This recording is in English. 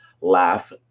laugh